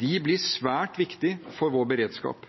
De blir svært viktige for vår beredskap.